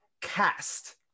cast